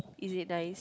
is it nice